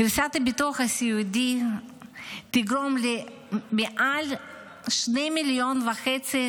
קריסת הביטוח הסיעודי תגרום למעל שניים וחצי